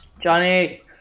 Johnny